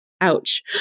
Ouch